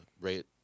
Rate